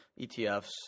ETFs